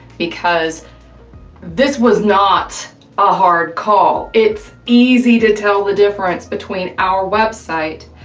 because this was not a hard call. it's easy to tell the difference between our website,